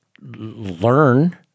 learn